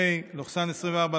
פ/2049/24,